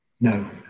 No